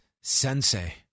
sensei